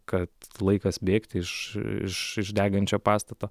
kad laikas bėgti iš iš iš degančio pastato